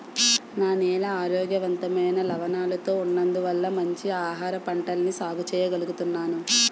నా నేల ఆరోగ్యవంతమైన లవణాలతో ఉన్నందువల్ల మంచి ఆహారపంటల్ని సాగు చెయ్యగలుగుతున్నాను